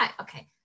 okay